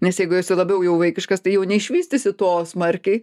nes jeigu esi labiau jau vaikiškas tai jau neišvystysi to smarkiai